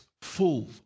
full